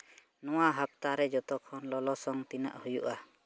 ᱱᱚᱣᱟ ᱦᱟᱯᱛᱟ ᱨᱮ ᱡᱚᱛᱚ ᱠᱷᱚᱱ ᱞᱚᱞᱚ ᱥᱚᱝ ᱛᱤᱱᱟᱹᱜ ᱦᱩᱭᱩᱜᱼᱟ